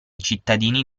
cittadini